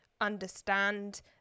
understand